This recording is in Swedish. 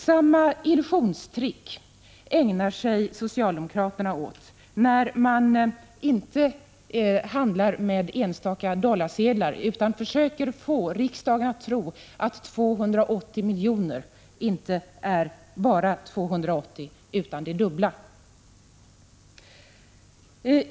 Samma illusionisttrick ägnar sig socialdemokraterna åt fastän de inte handlar med enstaka dollarsedlar utan försöker få riksdagen att tro att 280 miljoner inte är bara 280 miljoner utan det dubbla.